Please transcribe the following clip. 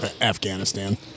Afghanistan